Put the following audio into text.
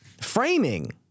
Framing